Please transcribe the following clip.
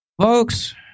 folks